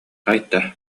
айта